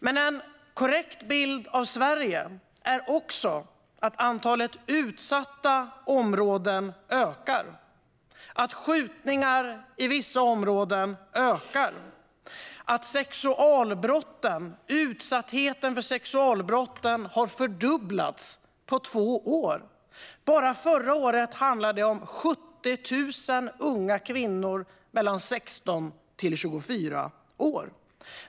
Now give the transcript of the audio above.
Men en korrekt bild av Sverige är också att antalet utsatta områden ökar, att skjutningarna ökar i vissa områden och att utsattheten för sexualbrott har fördubblats på två år. Bara förra året handlade det om 70 000 unga kvinnor mellan 16 och 24 år.